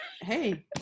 Hey